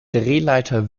drehleiter